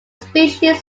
species